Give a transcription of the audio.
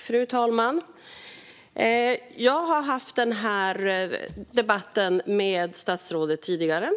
Fru talman! Jag har haft den här debatten med statsrådet tidigare.